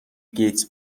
گیتس